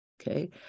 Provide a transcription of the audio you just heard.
Okay